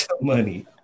money